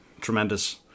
tremendous